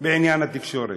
בעניין התקשורת: